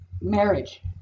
marriage